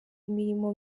imirimo